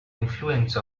influence